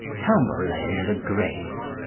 tamburlaine the great,